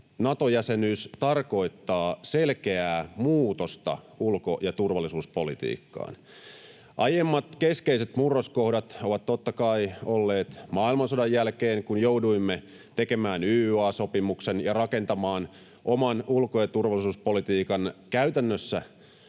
Nato-jäsenyys tarkoittaa selkeää muutosta ulko- ja turvallisuuspolitiikkaan. Aiemmat keskeiset murroskohdat ovat totta kai olleet maailmansodan jälkeen, kun jouduimme tekemään YYA-sopimuksen ja rakentamaan oman ulko- ja turvallisuuspolitiikan käytännössä